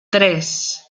tres